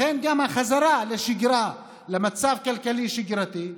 לכן גם החזרה לשגרה, למצב כלכלי שגרתי,